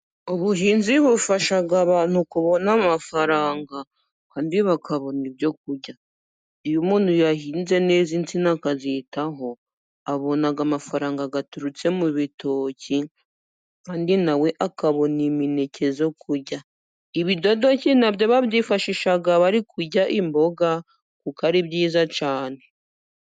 Ubuhinzi bufasha abantu kubona amafaranga kandi bakabona ibyo kurya. Iyo umuntu yahinze neza insina, akazitaho, abona amafaranga aturutse mu bitoki, undi nawe akabona imineke yo kurya. Ibidodoke na byo babyifashisha bari kurya imboga kuko ari byiza cyane.